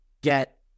get